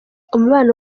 umubano